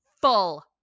full